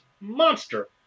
monster